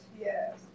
yes